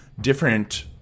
different